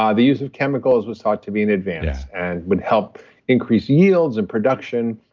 ah the use of chemicals was thought to be an advance and would help increase yields and production